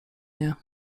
nie